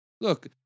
Look